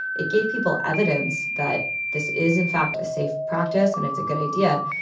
it gave people evidence that this is, in fact, a safe practice, and it's a good idea.